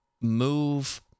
move